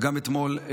אין חשמל,